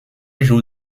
joue